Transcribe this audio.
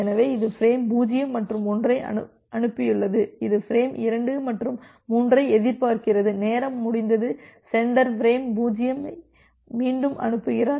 எனவே இது பிரேம் 0 மற்றும் 1 ஐ அனுப்பியுள்ளது இது ஃபிரேம் 2 மற்றும் 3 ஐ எதிர்பார்க்கிறது நேரம் முடிந்தது சென்டர் பிரேம் 0 ஐ மீண்டும் அனுப்புகிறார்